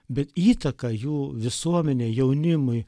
bet įtaka jų visuomenei jaunimui